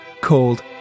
called